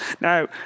Now